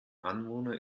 anwohner